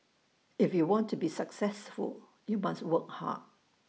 if you want to be successful you must work hard